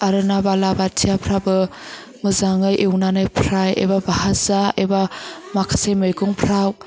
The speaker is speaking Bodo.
आरो ना बाला बाथियाफ्राबो मोजाङै एवनानै फ्राइ एबा भाजा एबा माखासे मैगंफ्राव